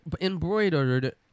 embroidered